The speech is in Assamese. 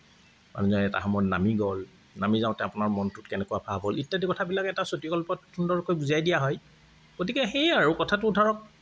অন্য এটা সময়ত নামি গ'ল নামি যাওঁতে আপোনাৰ মনটোত কেনেকুৱা ভাৱ হ'ল ইত্যাদি কথাবিলাক এটা চুটিগল্পত সুন্দৰকৈ বুজাই দিয়া হয় গতিকে সেয়ে আৰু কথাটো ধৰক